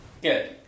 Good